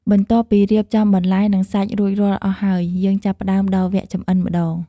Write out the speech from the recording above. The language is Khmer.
បន្ទាប់ពីរៀបចំបន្លែ និងសាច់រួចរាល់អស់ហើយ យើងចាប់ផ្ដើមដល់វគ្គចម្អិនម្ដង។